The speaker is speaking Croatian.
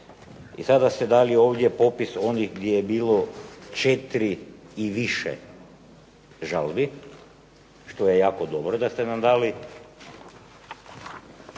I sada ste dali ovdje popis onih gdje je bilo četiri i više žalbi, što je jako dobro da ste nam dali,